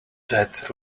that